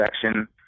section